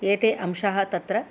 एते अंशाः तत्र